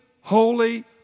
holy